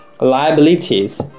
liabilities